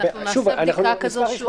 נעשה בדיקה כזאת שוב.